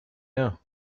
now